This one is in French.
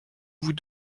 vous